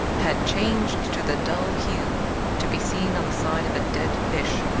had changed to the dull hue to be seen on the side of a dead fish.